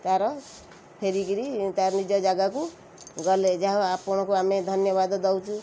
ତା'ର ଫେରିକିରି ତା ନିଜ ଜାଗାକୁ ଗଲେ ଯାହା ହଉ ଆପଣଙ୍କୁ ଆମେ ଧନ୍ୟବାଦ ଦଉଛୁ